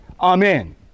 Amen